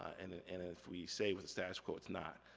and and and if we stay with the status quo, it's not.